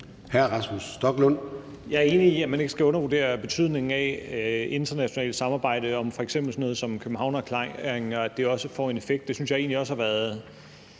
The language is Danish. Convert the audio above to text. Jeg er enig i, at man ikke skal undervurdere betydningen af internationalt samarbejde om f.eks. sådan noget som Københavnererklæringen, så den også får en effekt. Det synes jeg egentlig også har været